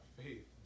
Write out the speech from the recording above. faith